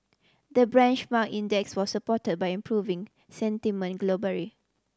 the branch mark index was supported by improving sentiment